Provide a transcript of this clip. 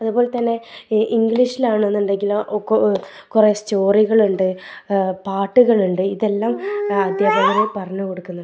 അതുപോലെ തന്നെ ഇംഗ്ലീഷിൽ ആണെന്നുണ്ടെങ്കിലോ ഒക്കെ കുറേ സ്റ്റോറികൾ ഉണ്ട് പാട്ടുകൾ ഉണ്ട് ഇതെല്ലാം അധ്യാപകർ പറഞ്ഞു കൊടുക്കുന്നു